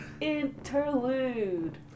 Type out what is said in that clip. interlude